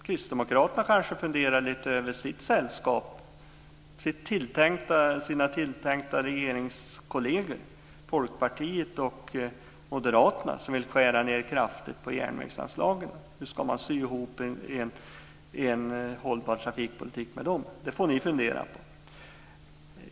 Kristdemokraterna får väl fundera över sitt sällskap, sina tilltänkta regeringskolleger i Folkpartiet och Moderaterna, som vill skära ned kraftigt på järnvägsanslagen. Hur ska man sy ihop en hållbar trafikpolitik med dem? Det får ni fundera på.